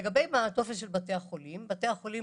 לגבי הטופס של בתי החולים בתי החולים